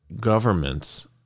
governments